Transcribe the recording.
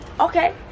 Okay